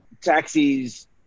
taxis